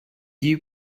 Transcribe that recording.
you